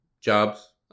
jobs